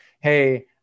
Hey